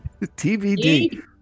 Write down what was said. tbd